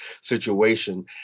situation